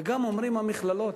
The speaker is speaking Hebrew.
ואומרים גם: המכללות.